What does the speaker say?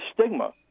stigma